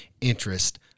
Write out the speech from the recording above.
interest